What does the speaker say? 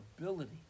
ability